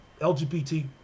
LGBT